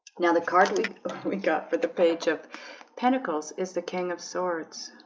now the card loop we got for the page of pentacles is the king of swords